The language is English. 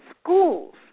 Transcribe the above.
schools